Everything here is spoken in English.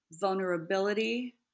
vulnerability